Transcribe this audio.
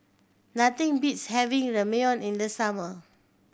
nothing beats having Ramyeon in the summer